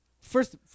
first